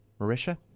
Marisha